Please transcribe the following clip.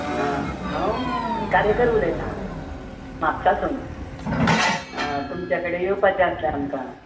हांव कारेकर उलयतां म्हापसासून तुमच्या कडेन येवपाचे आसलें आमकां